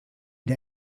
der